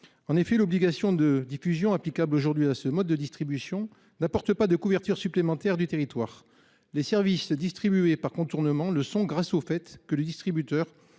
L'obligation de applicable aujourd'hui à ce mode de distribution n'apporte pas de couverture supplémentaire du territoire. Les services distribués par contournement le sont grâce au fait que le distributeur